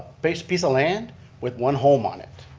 piece piece of land with one home on it.